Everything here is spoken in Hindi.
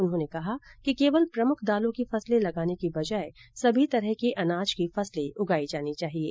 उन्होंने कहा कि केवल प्रमुख दालों की फसले लगाने की बजाय सभी तरह के अनाज की फसलें उगायी जानी चाहिये